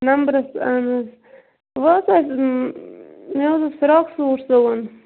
نَمبرَس اہَن حظ وۄنۍ ٲس اَسہِ مےٚ حظ اوس فِراک سوٗٹ سُوُن